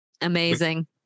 amazing